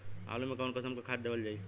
आलू मे कऊन कसमक खाद देवल जाई?